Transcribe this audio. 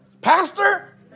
Pastor